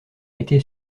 été